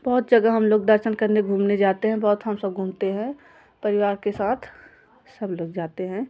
बहुत जगह हम लोग दर्शन करने घूमने जाते हैं बहुत हम सब घूमते हैं परिवार के साथ सब लोग जाते हैं